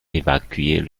évacuer